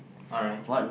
alright